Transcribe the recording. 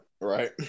right